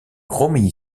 romilly